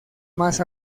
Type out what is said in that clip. más